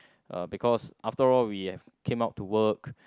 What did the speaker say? uh because after all we have came out to work